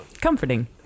comforting